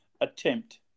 attempt